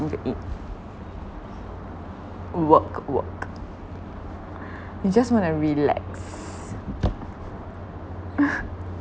food to eat work work you just want to relax